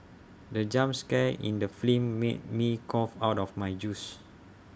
the jump scare in the film made me cough out my juice